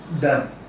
done